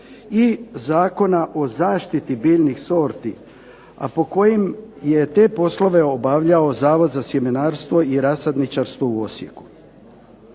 i Zakona o zaštiti biljnih sorti, a po kojim je te poslove obavljao Zavod za sjemenarstvo i rasadničarstvo u Osijeku.